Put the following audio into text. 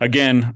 Again